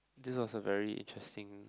this was a very interesting